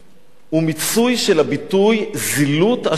הוא מיצוי של הביטוי "זילות השואה".